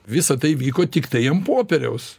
visa tai vyko tiktai ant popieriaus